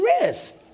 rest